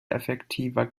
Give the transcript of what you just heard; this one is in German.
effektiver